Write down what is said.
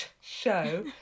show